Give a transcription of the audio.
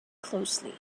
closely